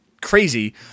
crazy